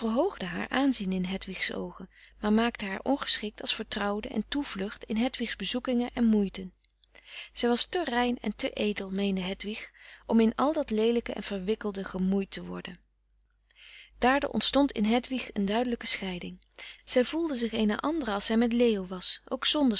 verhoogde haar aanzien in hedwigs oogen maar maakte haar ongeschikt als vertrouwde en toevlucht in hedwigs bezoekingen en moeiten zij was te rein en te edel meende hedwig om in al dat leelijke en verwikkelde gemoeid te worden daardoor ontstond in hedwig een duidelijke scheiding zij voelde zich eene andere als zij met leo was ook zonder